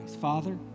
Father